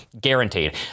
Guaranteed